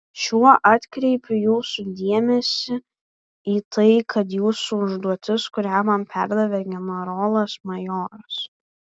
šiuo atkreipiu jūsų dėmesį į tai kad jūsų užduotis kurią man perdavė generolas majoras